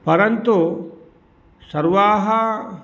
परन्तु सर्वाः